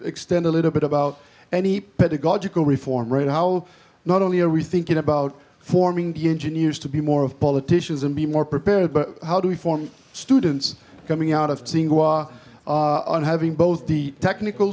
extend a little bit about any pedagogical reform right how not only are we thinking about forming the engineers to be more of politicians and be more prepared but how do we form students coming out of tsinghua on having both the technical